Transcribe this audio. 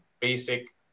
basic